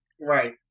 Right